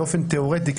באופן תיאורטי.